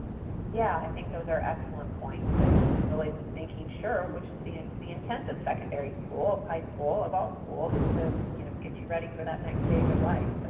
yeah. i think those are excellent points and in really making sure which is the the intent of secondary school of high school of all school is to you know get you ready for that next stage of life,